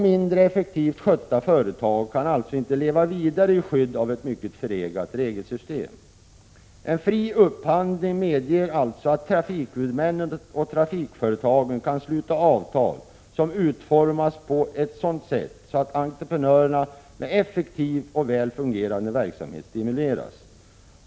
Mindre effektivt skötta företag skall alltså inte kunna leva vidare i skydd av ett mycket förlegat regelsystem. En fri upphandling medger alltså att trafikhuvudmännen och trafikföretagen kan sluta avtal som utformas på ett sådant sätt att entreprenörer med effektiv och väl fungerande verksamhet stimuleras.